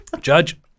Judge